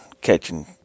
catching